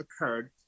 occurred